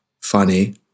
funny